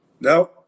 No